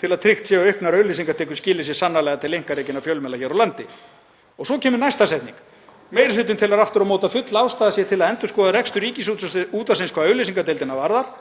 til að tryggt sé að auknar auglýsingatekjur skili sér sannarlega til einkarekinna fjölmiðla hér á landi.“ Og svo kemur næsta setning: „Meiri hlutinn telur aftur á móti að full ástæða sé til að endurskoða rekstur Ríkisútvarpsins hvað auglýsingadeildina varðar